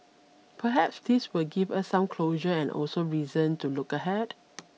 perhaps this will give us some closure and also reason to look ahead